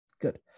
Good